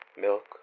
milk